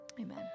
amen